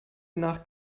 nach